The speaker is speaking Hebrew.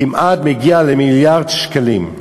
כמעט מגיעים למיליארד שקלים.